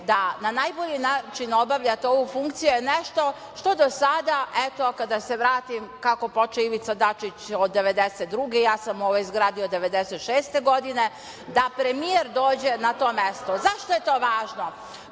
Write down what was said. da na najbolji način obavljate ovu funkciju je nešto što do sada, eto, kada se vratim, kako je počeo Ivica Dačić od 1992. godine, ja sam u ovoj zgradi od 1996. godine, da premijer dođe na to mesto.Zašto je to važno?